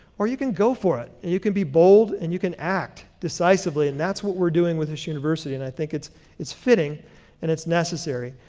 or you can go for it. you can be bold, and you can act decisively, and that's what we're doing with this university, and i think it's it's fitting and it's necessary.